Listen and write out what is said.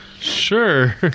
Sure